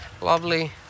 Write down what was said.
lovely